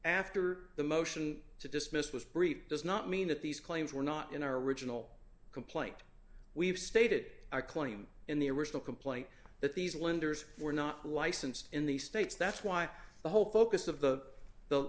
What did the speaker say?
after the motion to dismiss was breached does not mean that these claims were not in our original complaint we've stated our claim in the original complaint that these lenders were not licensed in the states that's why the whole focus of the the